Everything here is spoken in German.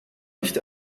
nicht